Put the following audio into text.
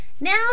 Now